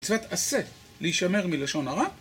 מצוות עשה, להישמר מלשון הרע